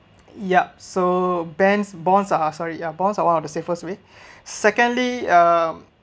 yup so bands bonds ah sorry ya bonds are one of the safest way secondly um